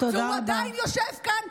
והוא עדיין יושב כאן,